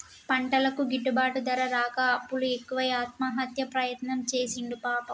పంటలకు గిట్టుబాటు ధర రాక అప్పులు ఎక్కువై ఆత్మహత్య ప్రయత్నం చేసిండు పాపం